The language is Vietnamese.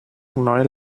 nói